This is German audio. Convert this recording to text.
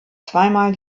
zweimal